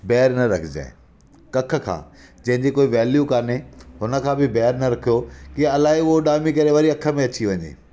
बैरि न रखजैं कख खां जेंजी कोई वैल्यू कोन्हे हुन खां बि बैरि न रखियो की इलाही उहो उॾामी करे वरी अख में अची वञे